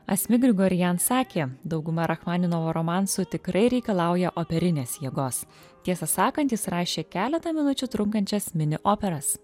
asmik grigorian sakė dauguma rachmaninovo romansų tikrai reikalauja operinės jėgos tiesą sakant jis rašė keletą minučių trunkančias mini operas